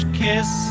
kiss